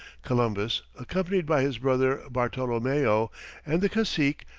columbus, accompanied by his brother bartolomeo and the cacique,